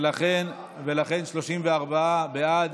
ולכן, 34 בעד,